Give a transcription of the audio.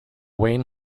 wayne